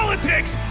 Politics